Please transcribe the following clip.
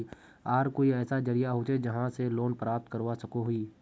आर कोई ऐसा जरिया होचे जहा से लोन प्राप्त करवा सकोहो ही?